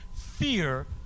Fear